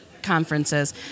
conferences